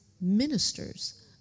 ministers